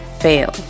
fail